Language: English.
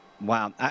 Wow